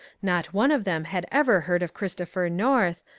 not one of them had ever heard of christopher north,